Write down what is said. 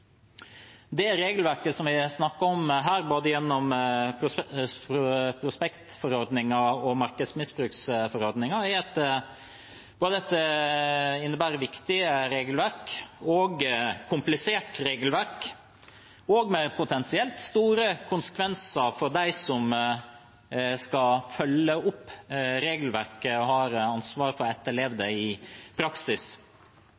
Det regelverket vi snakker om her, både gjennom prospektforordningen og markedsmisbruksforordningen, er et viktig regelverk, og det er et komplisert regelverk med potensielt store konsekvenser for dem som skal følge opp regelverket, og for dem som har ansvar for å etterleve